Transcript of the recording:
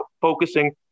focusing